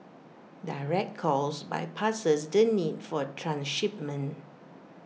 direct calls bypasses the need for transshipment